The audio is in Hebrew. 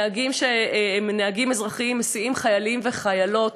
נהגים שהם נהגים אזרחיים מסיעים חיילים וחיילות,